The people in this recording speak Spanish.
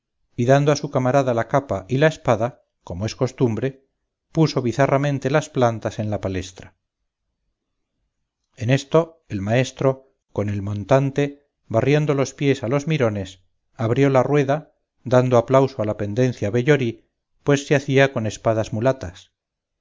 y dando a su camarada la capa y la espada como es costumbre puso bizarramente las plantas en la palestra en esto el maestro con el montante barriendo los pies a los mirones abrió la rueda dando aplauso a la pendencia vellorí pues se hacía con espadas mulatas